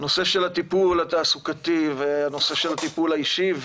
בנושא הטיפול התעסוקתי ובנושא הטיפול האישי,